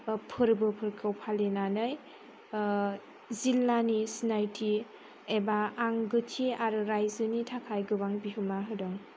फोरबोफोरखौ फालिनानै जिल्लानि सिनायथि एबा आंगोथि आरो रायजोनि थाखाय गोबां बिहोमा होदों